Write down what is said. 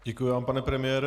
Děkuji vám, pane premiére.